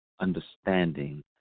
understanding